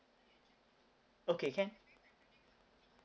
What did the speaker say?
okay can